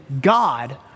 God